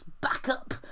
backup